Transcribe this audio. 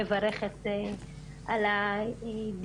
איזו שהיא בעיה גם מבחינת אכיפה מהפרקליטות,